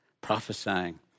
prophesying